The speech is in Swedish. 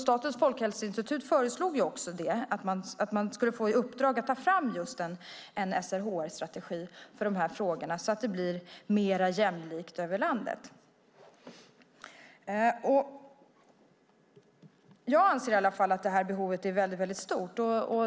Statens folkhälsoinstitut föreslog att man skulle få i uppdrag att ta fram en SRHR-strategi för dessa frågor så att det blir mer jämlikt över landet. Jag anser att detta behov är väldigt stort.